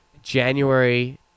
January